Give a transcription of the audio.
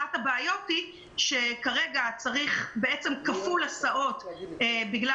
אחת הבעיות היא שצריך כפול הסעות בגלל